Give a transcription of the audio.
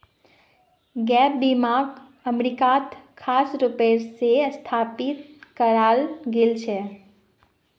gap बीमाक अमरीकात खास रूप स स्थापित कराल गेल छेक